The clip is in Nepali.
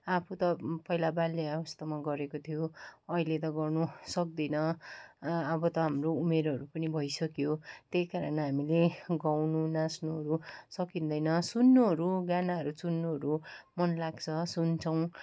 आफू त पहिला बाल्य अवस्थामा गरेको थियो अहिले त गर्नु सक्दिनँ अब त हाम्रो उमेरहरू पनि भइसक्यो त्यही कारण हामीले गाउनु नाच्नुहरू सकिँदैन सुन्नुहरू गानाहरू सुन्नुहरू मनलाग्छ सुन्छौँ